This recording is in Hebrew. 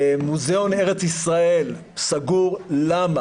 מוזיאון ארץ ישראל סגור, למה?